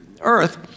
earth